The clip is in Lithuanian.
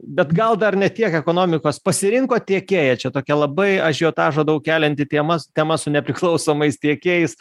bet gal dar ne tiek ekonomikos pasirinkot tiekėją čia tokia labai ažiotažo daug kelianti tema tema su nepriklausomais tiekėjais